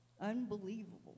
unbelievable